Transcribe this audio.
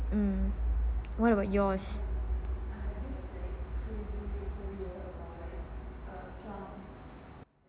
mm what about yours